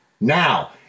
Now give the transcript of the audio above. Now